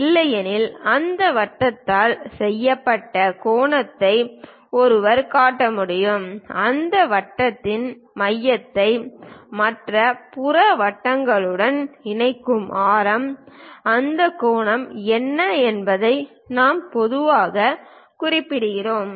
இல்லையெனில் அந்த வட்டத்தால் செய்யப்பட்ட கோணத்தை ஒருவர் காட்ட முடியும் அந்த வட்டத்தின் மையத்தை மற்ற புற வட்டங்களுடன் இணைக்கும் ஆரம் அந்த கோணம் என்ன என்பதையும் நாம் பொதுவாகக் குறிப்பிடுகிறோம்